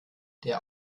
der